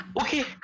okay